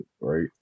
right